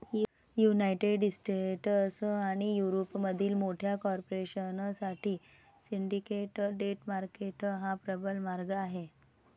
United States आणि युरोपमधील मोठ्या कॉर्पोरेशन साठी सिंडिकेट डेट मार्केट हा प्रबळ मार्ग आहे